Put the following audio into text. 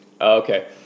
Okay